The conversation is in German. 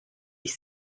ich